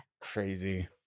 Crazy